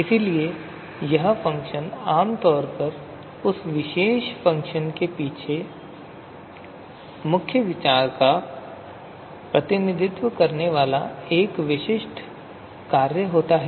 इसलिए यह फ़ंक्शन आम तौर पर उस विशेष फ़ंक्शन के पीछे मुख्य विचार का प्रतिनिधित्व करने वाला एक विशिष्ट कार्य होता है